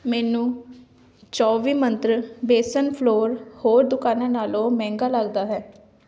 ਮੈਨੂੰ ਚੌਵੀ ਮੰਤਰਾ ਬੇਸਨ ਫਲੋਰ ਹੋਰ ਦੁਕਾਨਾਂ ਨਾਲੋਂ ਮਹਿੰਗਾ ਲੱਗਦਾ ਹੈ